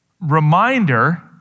reminder